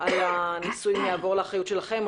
על הניסויים יעבור לאחריות שלכם,